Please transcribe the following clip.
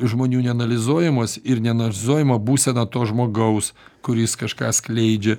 žmonių neanalizuojamos ir neanalizuojama būsena to žmogaus kuris kažką skleidžia